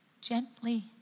gently